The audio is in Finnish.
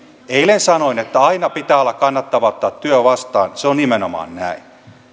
eilen sanoin että aina pitää olla kannattavaa ottaa työ vastaan se on nimenomaan näin